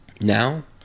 Now